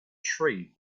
tree